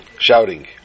shouting